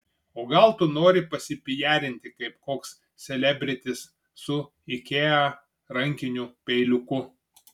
o gal tu nori pasipijarinti kaip koks selebritis su ikea rankiniu peiliuku